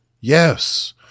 Yes